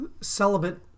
celibate